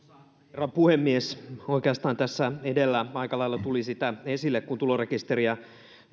herra puhemies oikeastaan tässä edellä aika lailla tuli esille että kun tulorekisteriä